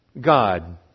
God